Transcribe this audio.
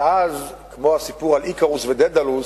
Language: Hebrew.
ואז כמו הסיפור על איקרוס ודדלוס,